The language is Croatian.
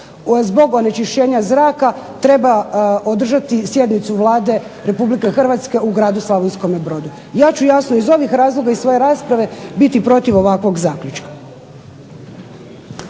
zbog onečišćenja zraka treba održati sjednicu Vlade RH u gradu Slavonskome Brodu. Ja ću jasno iz ovih razloga iz svoje rasprave biti protiv ovakvog zaključka.